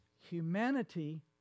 humanity